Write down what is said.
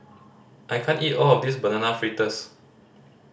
I can't eat all of this Banana Fritters